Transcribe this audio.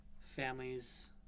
families